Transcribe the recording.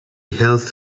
health